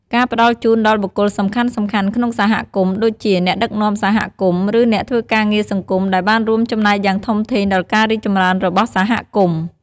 ការផ្តល់ជូនដល់បុគ្គលសំខាន់ៗក្នុងសហគមន៍ ដូចជា អ្នកដឹកនាំសហគមន៍ ឬអ្នកធ្វើការងារសង្គមដែលបានរួមចំណែកយ៉ាងធំធេងដល់ការរីកចម្រើនរបស់សហគមន៍។